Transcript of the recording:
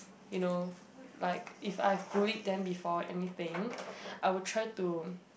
you know like if I have bullied them before anything I would try to